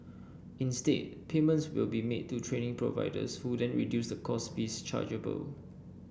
instead payments will be made to training providers who then reduce the course fees chargeable